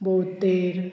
बोत्तेर